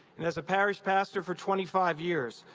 and as a parish pastor for twenty five years,